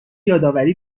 یادآوری